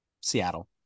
Seattle